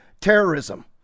terrorism